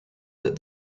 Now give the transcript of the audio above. that